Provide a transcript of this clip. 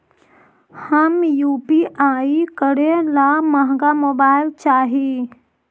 हम यु.पी.आई करे ला महंगा मोबाईल चाही?